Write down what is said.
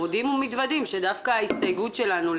והם מודים ומתוודים שדווקא ההסתייגות שלנו,